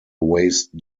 waste